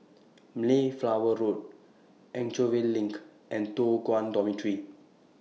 Mayflower Road Anchorvale LINK and Toh Guan Dormitory